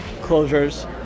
closures